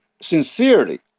sincerely